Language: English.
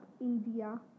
India